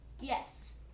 Yes